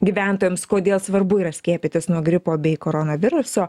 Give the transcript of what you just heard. gyventojams kodėl svarbu yra skiepytis nuo gripo bei koronaviruso